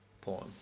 porn